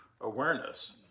awareness